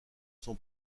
son